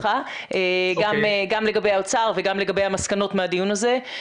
גם לגבי האוצר וגם לגבי המסקנות מהדיון הזה.